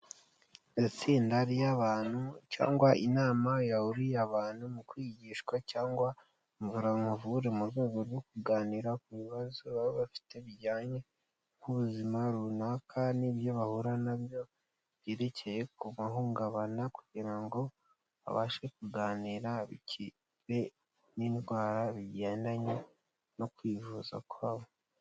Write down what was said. Itsinda ry'abantu cyangwa inama yaburiye abantu mu kwigishwa cyangwa mvura nkuvure mu rwego rwo kuganira ku bibazo baba bafite bijyanye n'ubuzima runaka, nibyo bahura nabyo byerekeye ku mahungabana kugira ngo babashe kuganira bakire n'indwara bigendanye no kwivuza kwabo.